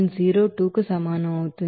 02 కు సమానం అవుతుంది